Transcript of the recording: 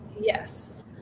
Yes